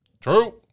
True